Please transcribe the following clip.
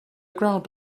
ground